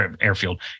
airfield